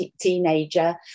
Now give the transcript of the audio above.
teenager